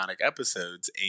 episodes